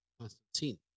Constantine